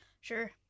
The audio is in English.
Sure